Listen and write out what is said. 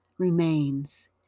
remains